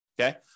Okay